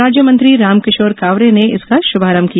राज्यमंत्री रामकिशोर कावरे ने इसका शुभारंभ किया